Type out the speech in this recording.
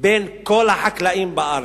בין כל החקלאים בארץ,